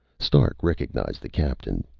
stark recognized the captain.